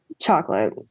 Chocolate